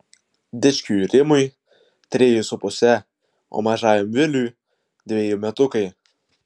dičkiui rimui treji su puse o mažajam viliui dveji metukai